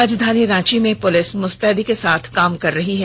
राजधानी रांची में पुलिस मुस्तैदी के साथ काम कर रही है